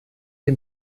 dem